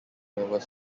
were